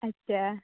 ᱟᱪᱪᱷᱟ